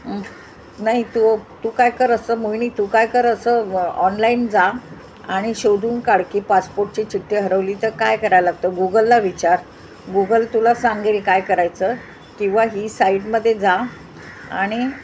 नाही नाई तू तू काय कर असं महिणी तू काय कर असं ऑनलाईन जा आणि शोधून काडकी पासपोर्टची चिट्टी हरवली तर काय करायला लागतं गुगलला विचार गूगल तुला सांगेल काय करायचं किंवा ही साईडमदे जा आणि